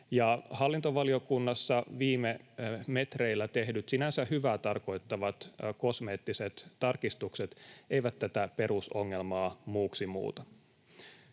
Hallintovaliokunnassa viime metreillä tehdyt, sinänsä hyvää tarkoittavat kosmeettiset tarkistukset eivät tätä perusongelmaa muuksi muuta.